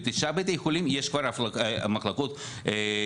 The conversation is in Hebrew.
בתשעה בתי חולים יש כבר מחלקות נפרדות.